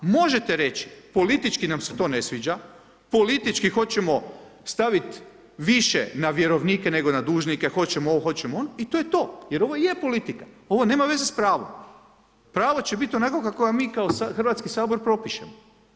Možete reći, politički nam se to ne sviđa, politički hoćemo stavit više na vjerovnike, nego na dužnike, hoćemo ovo, hoćemo ono i to je to jer ovo je politika, ovo nema veze s pravom, pravo će biti onako kao vam mi kao Hrvatski sabor propišemo.